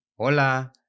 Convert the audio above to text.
Hola